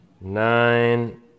Nine